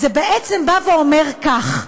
זה בעצם אומר כך: